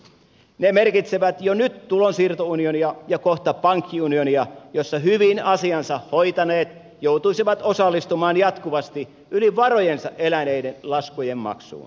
ne merkitsevät jo nyt tulonsiirto unionia ja kohta pankkiunionia jossa hyvin asiansa hoitaneet joutuisivat osallistumaan jatkuvasti yli varojensa eläneiden laskujen maksuun